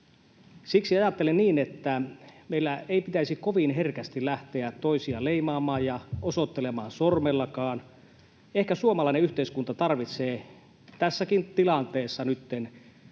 Siksi ajattelen niin, että meillä ei pitäisi kovin herkästi lähteä toisia leimaamaan ja osoittelemaan sormellakaan. Ehkä suomalainen yhteiskunta tarvitsee tässäkin tilanteessa nytten